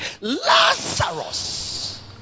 Lazarus